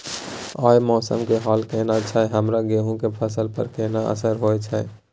आय मौसम के हाल केहन छै हमर गेहूं के फसल पर केहन असर होय छै?